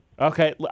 Okay